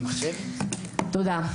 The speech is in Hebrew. תודה.